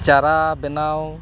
ᱪᱟᱨᱟ ᱵᱮᱱᱟᱣ